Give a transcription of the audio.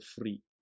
free